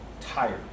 tired